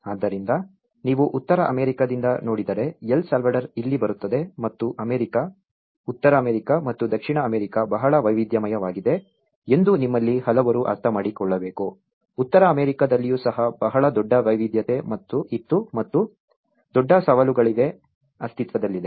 ಆದ್ದರಿಂದ ನೀವು ಉತ್ತರ ಅಮೆರಿಕಾದಿಂದ ನೋಡಿದರೆ ಎಲ್ ಸಾಲ್ವಡಾರ್ ಇಲ್ಲಿ ಬರುತ್ತದೆ ಮತ್ತು ಅಮೆರಿಕ ಉತ್ತರ ಅಮೇರಿಕಾ ಮತ್ತು ದಕ್ಷಿಣ ಅಮೇರಿಕಾ ಬಹಳ ವೈವಿಧ್ಯಮಯವಾಗಿದೆ ಎಂದು ನಿಮ್ಮಲ್ಲಿ ಹಲವರು ಅರ್ಥಮಾಡಿಕೊಳ್ಳಬೇಕು ಉತ್ತರ ಅಮೆರಿಕಾದಲ್ಲಿಯೂ ಸಹ ಬಹಳ ದೊಡ್ಡ ವೈವಿಧ್ಯತೆ ಇತ್ತು ಮತ್ತು ದೊಡ್ಡ ಸವಾಲುಗಳಿವೆ ಅಸ್ತಿತ್ವದಲ್ಲಿದೆ